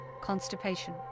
constipation